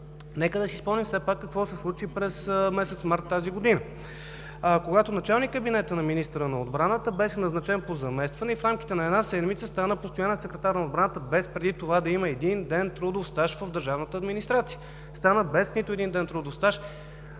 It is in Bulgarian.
Нека да си спомним все пак какво се случи през месец март тази година, когато началникът на кабинета на министъра на отбраната беше назначен по заместване и в рамките на една седмица стана постоянен секретар на отбраната, без преди това да има един ден трудов стаж в държавната администрация. Стана без един ден трудов стаж